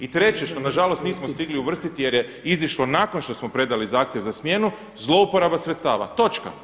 I treće, što nažalost nismo stigli uvrstiti jer je izišlo nakon što smo predali zahtjev za smjenu, zloupotreba sredstava, točka.